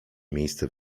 miejsce